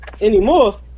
anymore